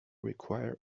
require